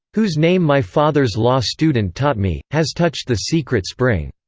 whose name my father's law student taught me, has touched the secret spring.